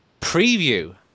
preview